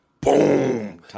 boom